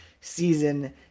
season